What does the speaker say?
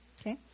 okay